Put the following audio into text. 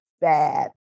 bad